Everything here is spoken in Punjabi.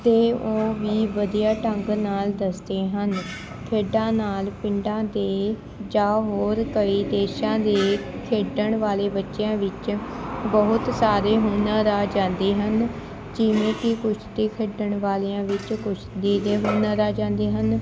ਅਤੇ ਉਹ ਵੀ ਵਧੀਆ ਢੰਗ ਨਾਲ ਦੱਸਦੇ ਹਨ ਖੇਡਾਂ ਨਾਲ ਪਿੰਡਾਂ ਦੇ ਜਾਂ ਹੋਰ ਕਈ ਦੇਸ਼ਾਂ ਦੇ ਖੇਡਣ ਵਾਲੇ ਬੱਚਿਆਂ ਵਿੱਚ ਬਹੁਤ ਸਾਰੇ ਹੁਨਰ ਆ ਜਾਂਦੇ ਹਨ ਜਿਵੇਂ ਕਿ ਕੁਸ਼ਤੀ ਖੇਡਣ ਵਾਲਿਆਂ ਵਿੱਚ ਕੁਸ਼ਤੀ ਦੇ ਹੁਨਰ ਆ ਜਾਂਦੇ ਹਨ